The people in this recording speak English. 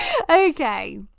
Okay